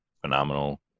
phenomenal